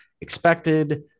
expected